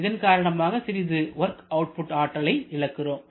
இதன் காரணமாக சிறிது வொர்க் அவுட்புட் ஆற்றலை இழக்கிறோம்